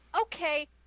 Okay